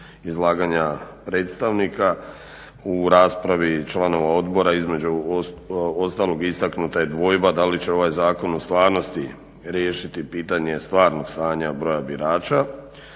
izlaganja predstavnika u raspravi članova odbora između ostalog istaknuta je dvojba da li će ovaj zakon u stvarnosti riješiti pitanje stvarnog stanja broja birača,